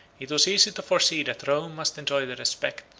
it was easy to foresee that rome must enjoy the respect,